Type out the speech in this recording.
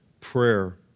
prayer